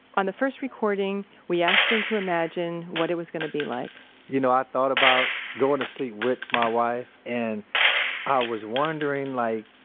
on the first recording, we asked him to imagine what it was gonna be like you know, i thought about going to sleep with my wife and i was wondering like,